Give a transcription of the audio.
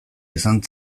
izan